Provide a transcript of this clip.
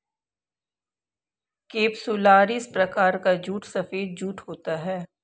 capsularis प्रकार का जूट सफेद जूट होता है